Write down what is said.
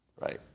Right